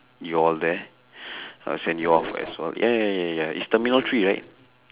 you all there I'll send you off as well ya ya ya ya it's terminal three right